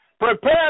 Prepare